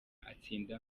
atsinda